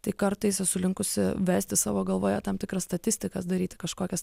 tai kartais esu linkusi vesti savo galvoje tam tikras statistikas daryti kažkokias